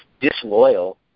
disloyal